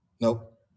nope